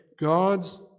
God's